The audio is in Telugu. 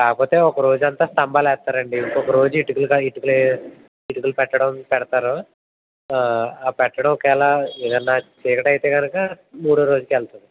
కాకపోతే ఒక రోజంతా స్తంభాలేస్తారండి ఇంకొక రోజు ఇటుకల పైన ఇటుకలు పెట్టడం పెడతారు పెట్టడం ఒకవేళ ఏదైనా చీకటి అయితే కనుక మూడో రోజుకి వెళ్తాది